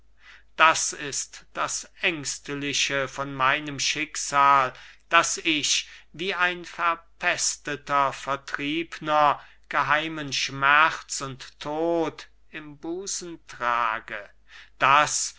das ist das ängstliche von meinem schicksal daß ich wie ein verpesteter vertriebner geheimen schmerz und tod im busen trage daß